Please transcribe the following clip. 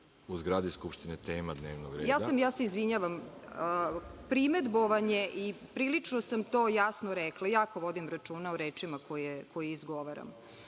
u zgradi Skupštine tema dnevnog reda. **Marinika Tepić** Izvinjavam se primedbovanje, prilično sam to jasno rekla, jako vodim računa o rečima koje izgovaram,